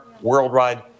worldwide